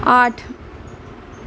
आठ